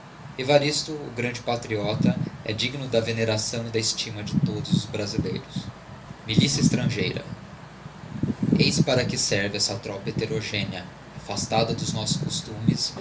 evaristo o grande patriota é digno da veneração e da estima de todos os brasileiros milícia estrangeira eis para que serve essa tropa heterogénea afastada dos nossos costumes